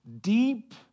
deep